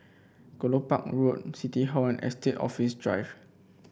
Kelopak Road City Hall and Estate Office Drive